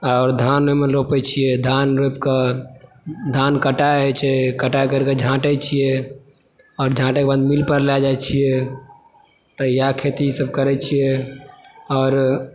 आओर धान ओहिमे रोपै छियै धान रोपि कऽ धान कटाई होइ छै कटाइ करि कऽ झाँटे छियै आओर झाँटिके बाद मिलपर लय जाइ छियै तऽ इएह खेती सब करै छियै आओर